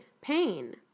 pain